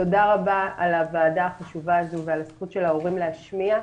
תודה רבה על הוועדה החשובה הזו ועל הזכות של ההורים להשמיע.